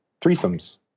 threesomes